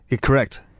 correct